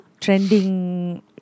trending